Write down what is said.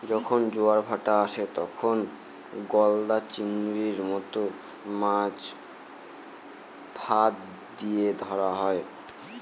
যখন জোয়ারের ভাঁটা আসে, তখন গলদা চিংড়ির মত মাছ ফাঁদ দিয়ে ধরা হয়